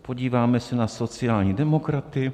Podíváme se na sociální demokraty.